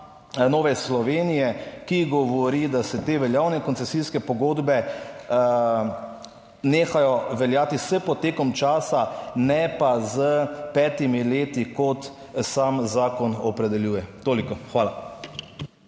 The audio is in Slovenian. Nove Slovenije, ki govori, da se te veljavne koncesijske pogodbe nehajo veljati s potekom časa, ne pa s petimi leti, kot sam zakon opredeljuje. Toliko, hvala.